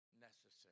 necessary